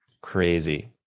Crazy